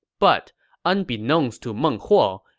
but unbeknownst to meng huo,